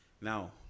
Now